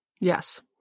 Yes